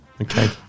Okay